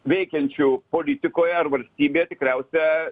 veikiančių politikoje ar valstybėje tikriausia